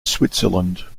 switzerland